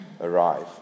arrive